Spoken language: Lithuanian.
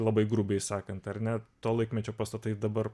labai grubiai sakant ar ne to laikmečio pastatai dabar